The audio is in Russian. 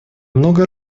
много